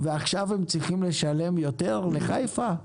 ועכשיו הם צריכים לשלם יותר לחיפה?